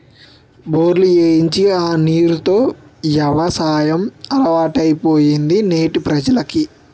బోర్లు ఏయించి ఆ నీరు తో యవసాయం అలవాటైపోయింది నేటి ప్రజలకి